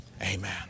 Amen